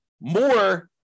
more